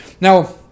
Now